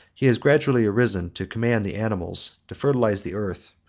he has gradually arisen to command the animals, to fertilize the earth,